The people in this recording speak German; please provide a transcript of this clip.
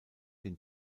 dem